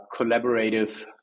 collaborative